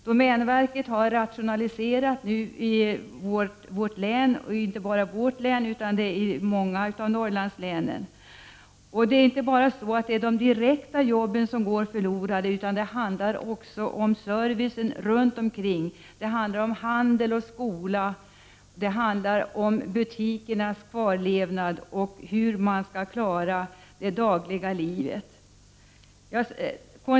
Domänverket har nu rationaliserat inte bara i vårt län utan i många av Norrlandslänen, och det är inte bara de direkta jobben som går förlorade utan också servicen runt omkring. Det handlar om handel och skola, om butikernas fortlevnad och hur man skall klara det dagliga livet.